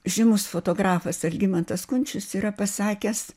žymus fotografas algimantas kunčius yra pasakęs